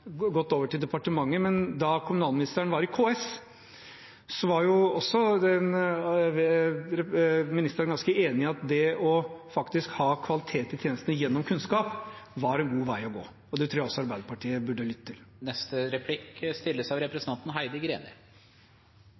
kommunalministeren gått over til departementet, men da kommunalministeren var i KS, var også den ministeren ganske enig i at det å faktisk ha kvalitet i tjenestene gjennom kunnskap var en god vei å gå. Det tror jeg også Arbeiderpartiet burde lytte til. Representanten